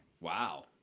Wow